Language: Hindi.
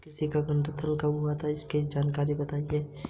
जनक बीज में कितने प्रतिशत शुद्धता रहती है?